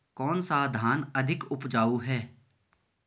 कौन सा धान अधिक उपजाऊ है?